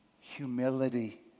humility